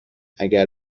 اگر